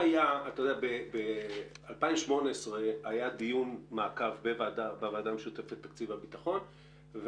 ב-2018 היה דיון מעקב בוועדה המשותפת לתקציב הביטחון,